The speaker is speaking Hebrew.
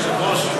היושב-ראש,